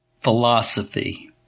philosophy